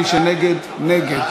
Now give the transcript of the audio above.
מי שנגד, נגד.